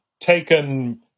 taken